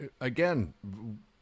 again